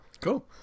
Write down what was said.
Cool